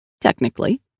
Technically